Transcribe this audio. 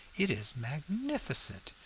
it is magnificent.